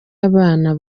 abana